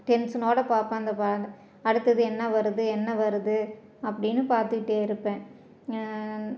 டென்சனோட பார்ப்பேன் அந்த பா அடுத்தது என்ன வருது என்ன வருது அப்படின்னு பார்த்துக்கிட்டே இருப்பேன்